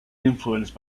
influenced